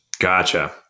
Gotcha